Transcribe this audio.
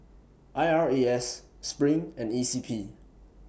I R A S SPRING and E C P